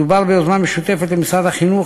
מדובר ביוזמה משותפת למשרד החינוך,